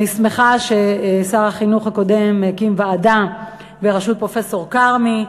אני שמחה ששר החינוך הקודם הקים ועדה בראשות פרופסור כרמי,